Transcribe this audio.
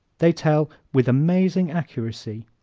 they tell, with amazing accuracy,